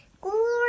Glory